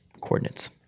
Coordinates